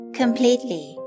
completely